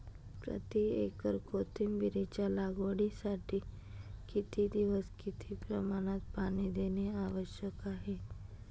प्रति एकर कोथिंबिरीच्या लागवडीसाठी किती दिवस किती प्रमाणात पाणी देणे आवश्यक आहे?